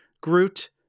Groot